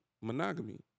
monogamy